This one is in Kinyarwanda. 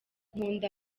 nkunda